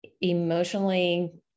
emotionally